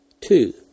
two